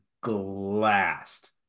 glassed